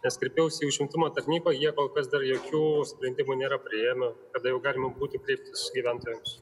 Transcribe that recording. nes kreipiausi į užimtumo tarnybą jie kol kas dar jokių sprendimų nėra priėmę kada jau galima būti kreiptis gyventojams